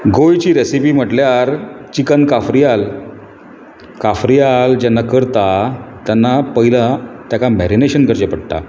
गोंयची रेसिपी म्हटल्यार चिकन काफ्रियाल काफ्रियाल जेन्ना करता तेन्ना पयलं ताका मॅरिनेशन करचें पडटा